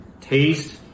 Taste